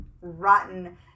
rotten